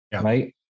right